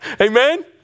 Amen